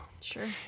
Sure